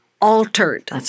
altered